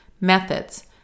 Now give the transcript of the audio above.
Methods